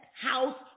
house